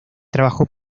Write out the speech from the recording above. trabajó